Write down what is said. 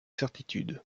certitude